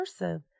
immersive